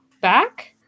back